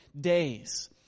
days